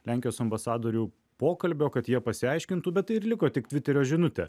lenkijos ambasadorių pokalbio kad jie pasiaiškintų bet tai ir liko tik tviterio žinutė